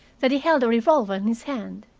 that he held a revolver in his hand.